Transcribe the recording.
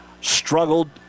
struggled